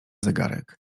zegarek